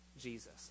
Jesus